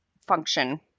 function